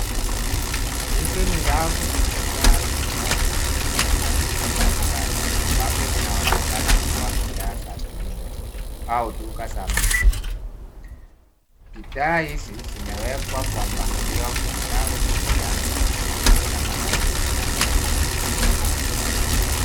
Hizi ni rafu zilizojaa chupa na vifunganisho mbalimbali ambavyo vinaonekana kuwa bidhaa za kilimo au duka za mifuko. Bidhaa hizi zimewekwa kwa mpangilio kwenye rafu zenye rangi tofauti kama vile kijani kibichi.